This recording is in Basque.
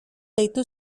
deitu